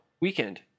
weekend